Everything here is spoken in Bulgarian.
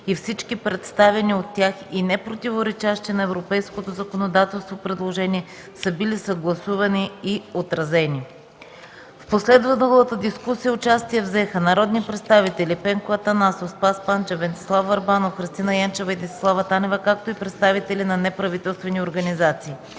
и всички представени от тях и непротиворечащи на европейското законодателство предложения са били съгласувани и отразени. В последвалата дискусия участие взеха народните представители Пенко Атанасов, Спас Панчев, Венцислав Върбанов, Христина Янчева и Десислава Танева, както и представители на неправителствените организации.